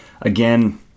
Again